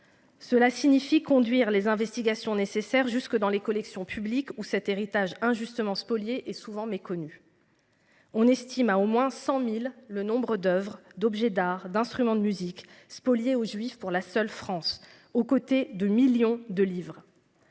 Cela signifie conduire les investigations nécessaires jusque dans les collections publiques ou cet héritage injustement spoliés et souvent méconnu. On estime à au moins 100.000 le nombre d'Oeuvres d'objets d'art d'instruments de musique spoliées aux juifs pour la seule France, aux côtés de millions de livres.